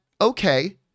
okay